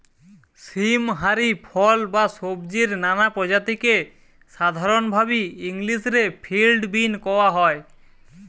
সীম হারি ফল বা সব্জির নানা প্রজাতিকে সাধরণভাবি ইংলিশ রে ফিল্ড বীন কওয়া হয়